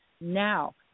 Now